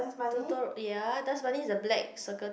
Totoro ya dust bunny is the black circle